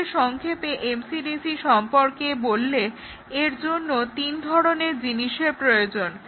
তাহলে সংক্ষেপে MCDC সম্পর্কে বললে এর জন্য তিন ধরনের জিনিসের প্রয়োজন